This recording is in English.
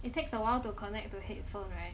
it takes a while to connect to headphone right